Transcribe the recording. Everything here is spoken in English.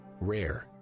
rare